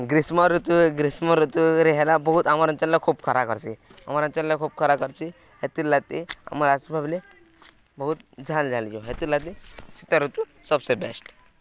ଗ୍ରୀଷ୍ମ ଋତୁ ଗ୍ରୀଷ୍ମ ଋତୁରେ ହେଲା ବହୁତ ଆମର ଅଞ୍ଚଳ ଖୁବ୍ ଖରା କର୍ସି ଆମର ଅଞ୍ଚଳ ଖୁବ୍ ଖରା କର୍ଛି ହେତିର୍ଲାଗି ଆମର୍ ଆସିବା ବେଳେ ବହୁତ ଝାଳ ଝାଳିଯିବ ହେତିର୍ଲାଗି ତି ଶୀତ ଋତୁ ସବସେ ବେଷ୍ଟ୍